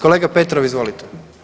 Kolega Petrov, izvolite.